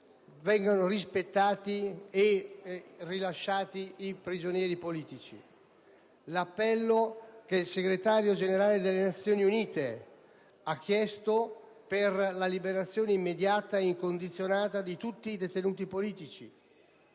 vengano rispettati e vengano rilasciati i prigionieri politici; l'appello che il Segretario generale delle Nazioni Unite ha fatto per la liberazione immediata ed incondizionata di tutti i detenuti politici;